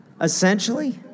Essentially